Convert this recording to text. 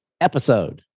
episode